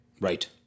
Right